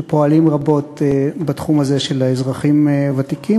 שפועלים רבות בתחום הזה של האזרחים הוותיקים,